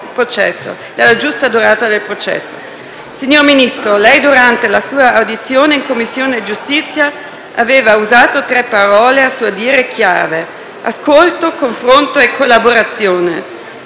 Signor Ministro, durante la sua audizione in Commissione giustizia aveva usato tre parole a suo dire chiave: ascolto, confronto e collaborazione.